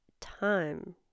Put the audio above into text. time